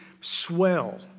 swell